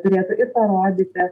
turėtų ir parodyti